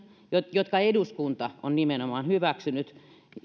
jotka eduskunta on nimenomaan hyväksynyt